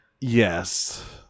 Yes